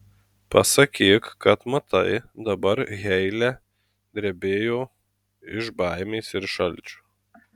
pasakyk kad matai dabar heile drebėjo iš baimės ir šalčio